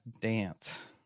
dance